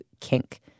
Kink